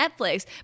Netflix